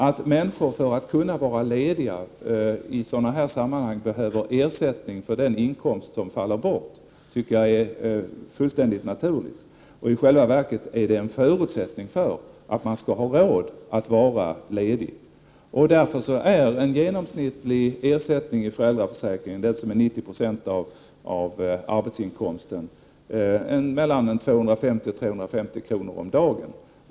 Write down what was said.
Att människor för att kunna vara lediga i sådana här sammanhang behöver ersättning för den inkomst som faller bort, tycker jag är fullständigt naturligt. I själva verket är det en förutsättning för att man skall ha råd att vara ledig. Därför är en genomsnittlig ersättning i föräldraförsäkringen — den som utgör 90 96 av arbetsinkomsten — mellan 250 och 350 kr. om dagen.